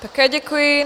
Také děkuji.